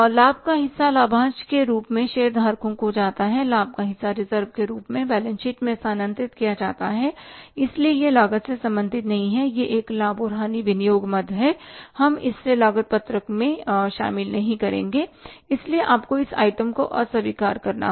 लाभ का हिस्सा लाभांश के रूप में शेयर धारकों को जाता है लाभ का हिस्सा रिजर्व के रूप में बैलेंस शीट में स्थानांतरित किया जाता है इसलिए यह लागत से संबंधित नहीं है यह एक लाभ और हानि विनियोग मद है और हम इससे लागत पत्रक में शामिल नहीं करेंगे इसलिए आपको इस आइटम को अस्वीकार करना होगा